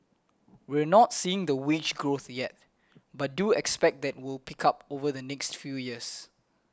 we're not seeing the wage growth yet but do expect that will pick up over the next few years